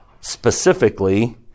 Specifically